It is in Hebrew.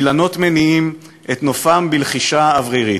אילנות מניעים / את נופם בלחישה אוורירית.